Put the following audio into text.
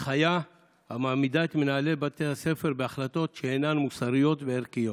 הנחיה המעמידה את מנהלי בתי הספר בהחלטות שאינן מוסריות וערכיות.